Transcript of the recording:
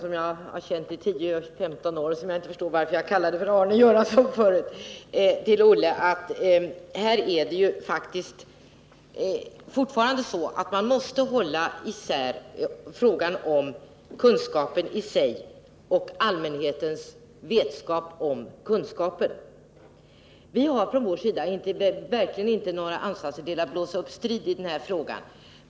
Fru talman! Jag vill till Olle Göransson säga att man måste hålla isär frågan om kunskapen i sig och allmänhetens vetskap om kunskapen. Vi har från vårt håll verkligen inte gjort några ansatser till att blåsa upp strid i den här frågan.